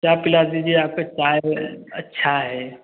चाय पिला दीजिए आपका चाय बहुत अच्छा है